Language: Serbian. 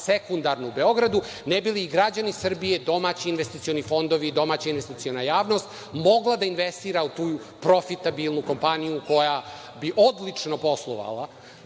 sekundarnu u Beogradu ne bi li građani Srbije, domaći investicioni fondove, domaća investiciona javnost mogla da investira u tu profitabilnu kompaniju koja bi odlično poslovala